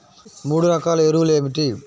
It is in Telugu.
మూడు రకాల ఎరువులు ఏమిటి?